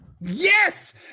Yes